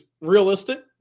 realistic